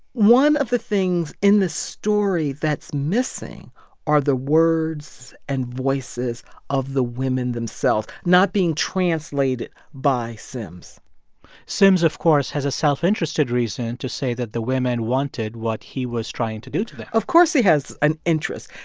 one of the things in this story that's missing are the words and voices of the women themselves not being translated by sims sims, of course, has a self-interested reason to say that the women wanted what he was trying to do to them of course he has an interest.